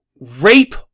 rape